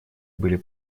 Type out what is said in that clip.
были